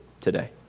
today